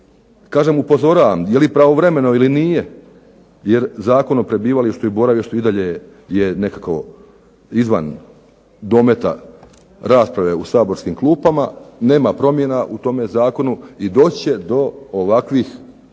Kažem upozoravam, je li pravovremeno ili nije jer Zakon o prebivalištu i boravištu i dalje je nekako izvan dometa rasprave u saborskim klupama, nema promjena u tome zakonu i doći će do ovakvim da kažem